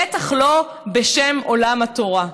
בטח לא בשם עולם התורה.